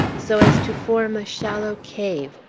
so as to form a shallow cave,